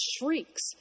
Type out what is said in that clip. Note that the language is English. shrieks